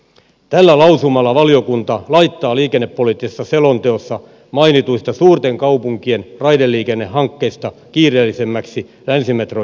tällä lausumalla valiokunta laittaa liikennepoliittisessa selonteossa mainituista suurten kaupunkien raideliikennehankkeista kiireellisimmäksi länsimetron jatkamisen